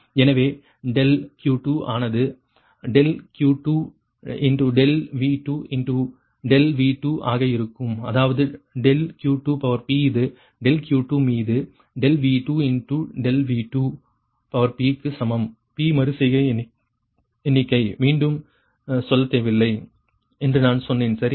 எனவே ∆Q2 ஆனது ∆Q2 ∆V2 into ∆V2 ஆக இருக்கும் அதாவது ∆Q2 இது ∆Q2 மீது ∆V2 இன்டு ∆V2 க்கு சமம் p மறு செய்கை எண்ணிக்கை மீண்டும் சொல்ல தேவையில்லை என்று நான் சொன்னேன் சரியா